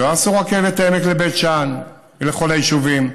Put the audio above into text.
לא עשו את רכבת העמק לבית שאן ולכל היישובים,